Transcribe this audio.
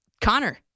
Connor